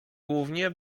głównie